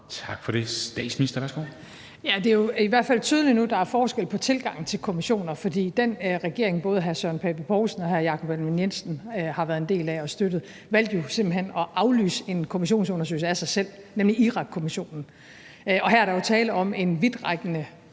Kl. 13:29 Statsministeren (Mette Frederiksen): Det er jo i hvert fald tydeligt nu, at der er forskel på tilgangen til kommissioner, for den regering, som både hr. Søren Pape Poulsen og hr. Jakob Ellemann-Jensen har været en del af og har støttet, valgte jo simpelt hen at aflyse en kommissionsundersøgelse af sig selv, nemlig Irakkommissionen. Her er der jo tale om en vidtrækkende